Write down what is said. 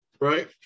Right